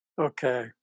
Okay